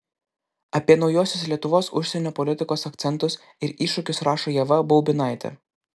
apie naujuosius lietuvos užsienio politikos akcentus ir iššūkius rašo ieva baubinaitė